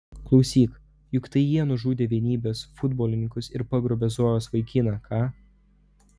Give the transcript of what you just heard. klausyk juk tai jie nužudė vienybės futbolininkus ir pagrobė zojos vaikiną ką